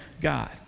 God